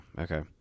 okay